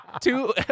two